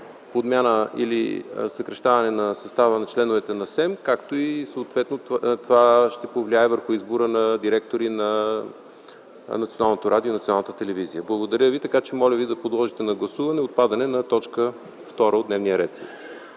подмяна или съкращаване на състава на членовете на СЕМ, а съответно това ще повлияе и върху избора на директори на Националното радио и Националната телевизия. Така че моля ви да подложите на гласуване отпадането на т. 2 от дневния ред.